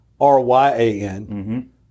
R-Y-A-N